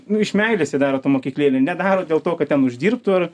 nu iš meilės jie daro tą mokyklėlę nedaro dėl to kad ten uždirbtų ar